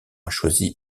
choisi